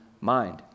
mind